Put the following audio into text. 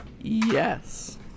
Yes